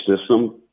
system